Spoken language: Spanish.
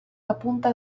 apunta